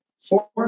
four